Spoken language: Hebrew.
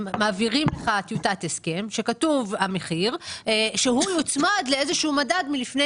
הם מעבירים טיוטת הסכם שכתוב המחיר שהוא יוצמד לאיזה שהוא מדד מלפני